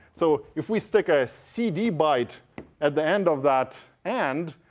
so if we stick a cd byte at the end of that and,